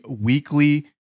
weekly